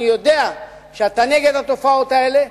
אני יודע שאתה נגד התופעות האלה.